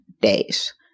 days